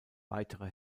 weitere